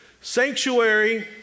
sanctuary